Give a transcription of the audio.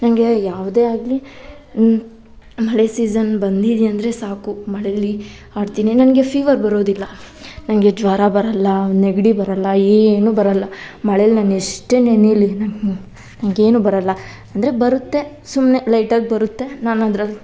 ನನಗೆ ಯಾವುದೇ ಆಗಲಿ ಮಳೆ ಸೀಸನ್ ಬಂದಿದೆ ಅಂದರೆ ಸಾಕು ಮಳೆಯಲ್ಲಿ ಆಡ್ತೀನಿ ನನಗೆ ಫೀವರ್ ಬರೋದಿಲ್ಲ ನನಗೆ ಜ್ವರ ಬರಲ್ಲ ನೆಗಡಿ ಬರಲ್ಲ ಏನು ಬರಲ್ಲ ಮಳೇಲಿ ನಾನು ಎಷ್ಟೇ ನೆನೀಲಿ ನಂಗೆ ನನಗೇನು ಬರಲ್ಲ ಅಂದರೆ ಬರುತ್ತೆ ಸುಮ್ಮನೆ ಲೈಟಾಗಿ ಬರುತ್ತೆ ನಾನು ಅದ್ರಲ್ಲಿ